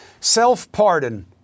Self-pardon